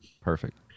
Perfect